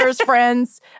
friends